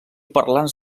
parlants